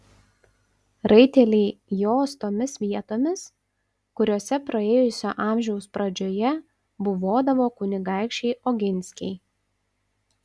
raiteliai jos tomis vietomis kuriose praėjusio amžiaus pradžioje buvodavo kunigaikščiai oginskiai